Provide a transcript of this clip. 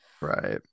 right